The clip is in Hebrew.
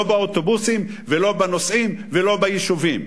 לא באוטובוסים ולא בנוסעים ולא ביישובים.